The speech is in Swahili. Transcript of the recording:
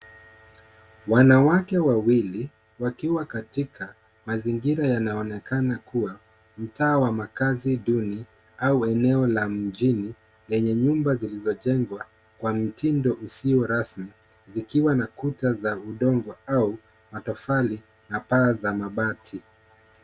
Wanawake wawili wakiwa katika mazingira yanayoonekana kuwa mtaa wa makazi duni au eneo la mjini yenye nyumba zilizojengwa kwa mtindo usio rasmi likiwa na kuta za udongo au matofali na paa za mabati.